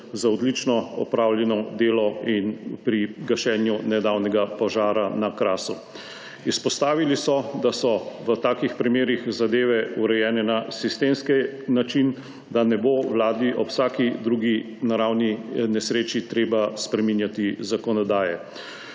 za odlično opravljeno delo in pri gašenju nedavnega požara na Krasu. Izpostavili so, da so v takih primerih zadeve urejene na sistemski način, da ne bo vladi ob vsaki drugi naravni nesreči treba spreminjati zakonodaje.